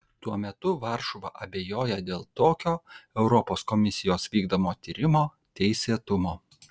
tuo metu varšuva abejoja dėl tokio europos komisijos vykdomo tyrimo teisėtumo